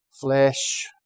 flesh